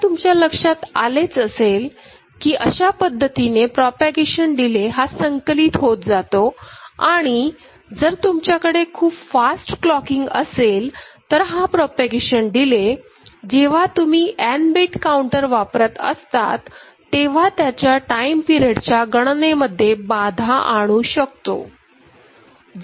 आता तुमच्या लक्षात आलेच असेल की अशा पद्धतीने प्रोपागेशन डिले हा संकलित होत जातो आणि जर तुमच्याकडे खूप फास्ट क्लॉकिंग असेल तर हा प्रोपागेशन डिले जेव्हा तुम्ही n बीट काउंटर वापरत असतात तेव्हा त्याच्या टाईम पिरिएडच्या गणनेमध्ये बाधा आणू शकतो